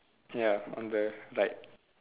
ya on the right